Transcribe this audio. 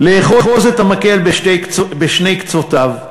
לאחוז את המקל בשני קצותיו.